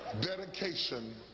Dedication